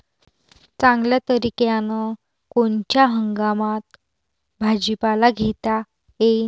चांगल्या तरीक्यानं कोनच्या हंगामात भाजीपाला घेता येईन?